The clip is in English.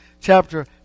chapter